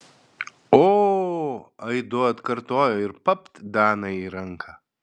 o aidu atkartojo ir papt danai į ranką